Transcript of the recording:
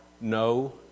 no